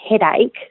headache